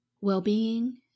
well-being